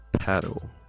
paddle